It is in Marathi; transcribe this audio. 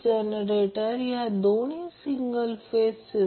जर RL R g आणि XL X g